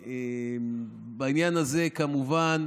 בעניין הזה, כמובן,